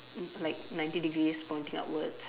mm like ninety degrees pointing upwards